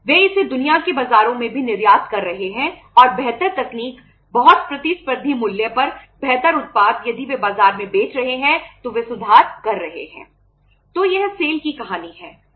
वे इसे दुनिया के बाजारों में भी निर्यात कर रहे हैं और बेहतर तकनीक बहुत प्रतिस्पर्धी मूल्य पर बेहतर उत्पाद यदि वे बाजार में बेच रहे हैं तो वे सुधार कर रहे हैं